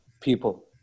people